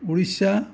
Odisha